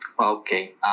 Okay